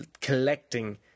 collecting